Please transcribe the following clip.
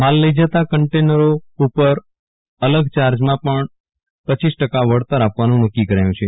માલ લઈ જતા કન્ટેનરો ઉપર અલગ ચાર્જ માં પણ રપ ટકા વળતર આપવાન નકકી કરાયું છે